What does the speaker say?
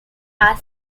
are